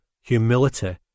humility